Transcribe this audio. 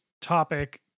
topic